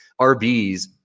RBs